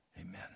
Amen